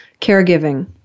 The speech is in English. caregiving